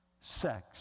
Sex